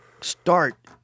start